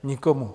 Nikomu.